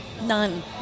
None